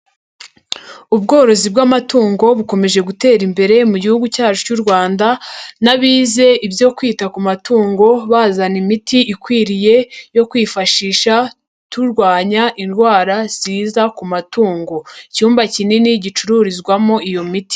Ubworozi bw'amatungo bukomeje gutera imbere mu gihugu cyacu cy'u Rwanda, n'abize ibyo kwita ku matungo bazana imiti ikwiriye yo kwifashisha turwanya indwara ziza ku matungo, icyumba kinini gicururizwamo iyo miti.